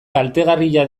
kaltegarria